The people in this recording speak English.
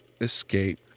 escape